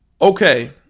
Okay